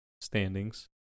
standings